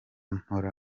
mpora